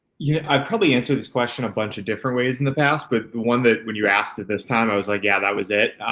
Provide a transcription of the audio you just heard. yeah, i've probably answered this question a bunch of different ways in the past, but the one that when you asked that this time, i was like, yeah, that was it.